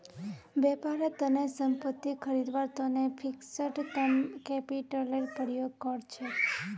व्यापारेर तने संपत्ति खरीदवार तने फिक्स्ड कैपितलेर प्रयोग कर छेक